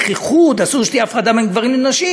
איחוד אסור לעשות הפרדה בין גברים לנשים,